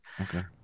Okay